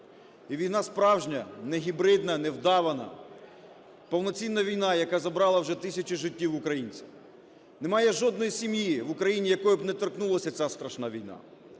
і війна справжня, негібридна, невдавана, повноцінна війна, яка забрала вже тисячі життів українців. Немає жодної сім'ї в Україні, якої б не торкнулася ця страшна війна.